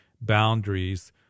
boundaries